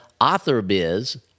AuthorBiz